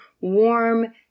warm